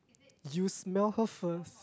you smell her first